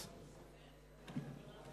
אדוני.